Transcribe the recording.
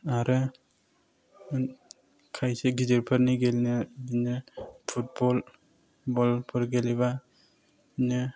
आरो खायसे गिदिरफोरनि गेलेनाया बिदिनो फुटबल बलफोर गेलेबा बिदिनो